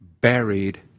buried